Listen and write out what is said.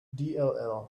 dll